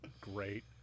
great